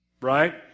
right